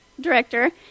director